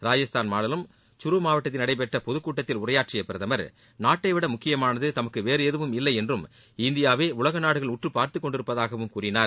ராஜஸ்தான் மாநிலம் ச்ரு மாவட்டத்தில் நடைபெற்ற பொதுக்கூட்டத்தில் உரையாற்றிய பிரதமர் நாட்டைவிட முக்கியமானது தமக்கு வேறு எதுவும் இல்லை என்றும் இந்தியாவை உலக நாடுகள் உற்று பார்த்துக் கொண்டிருப்பதாகவும் கூறினார்